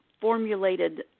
formulated